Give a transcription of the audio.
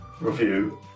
review